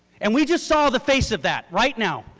and we just saw the face of that right now.